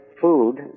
food